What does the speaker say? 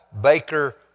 Baker